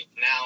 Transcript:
now